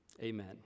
Amen